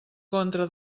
contra